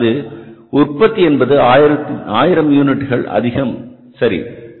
நமது உற்பத்தி என்பது 1000 யூனிட்டுகள் அதிகம் சரி